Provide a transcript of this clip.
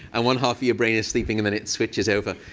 and one half of your brain is sleeping, and then it switches over.